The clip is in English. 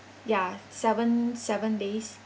ya seven seven days